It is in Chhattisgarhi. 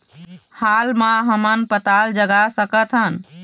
हाल मा हमन पताल जगा सकतहन?